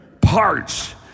parts